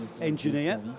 Engineer